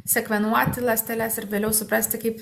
sekvenuoti ląsteles ir vėliau suprasti kaip